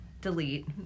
delete